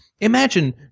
Imagine